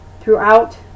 throughout